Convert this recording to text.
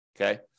Okay